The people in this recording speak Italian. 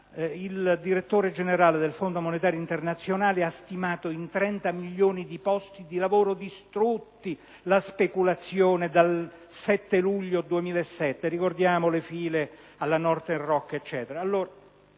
il direttore generale del Fondo monetario internazionale ha stimato in 30 milioni i posti di lavoro distrutti dalla speculazione dal 7 luglio 2007 (rammentiamo le file alla Northern Rock, eccetera).